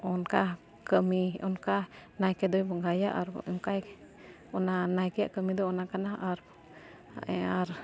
ᱚᱱᱠᱟ ᱠᱟᱹᱢᱤ ᱚᱱᱠᱟ ᱱᱟᱭᱠᱮ ᱫᱚᱭ ᱵᱚᱸᱜᱟᱭᱟ ᱟᱨ ᱚᱱᱠᱟᱭ ᱚᱱᱟ ᱱᱟᱭᱠᱮᱭᱟᱜ ᱠᱟᱹᱢᱤ ᱫᱚ ᱚᱱᱟ ᱠᱟᱱᱟ ᱟᱨ